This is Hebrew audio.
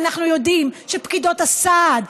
ואנחנו יודעים שפקידות הסעד,